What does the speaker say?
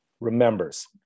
remembers